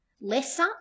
lesser